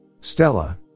Stella